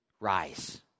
rise